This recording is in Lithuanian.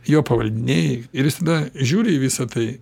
jo pavaldiniai ir jis tada žiūri į visa tai